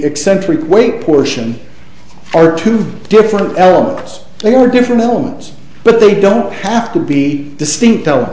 eccentric weight portion are two different elements they were different elements but they don't have to be distinct t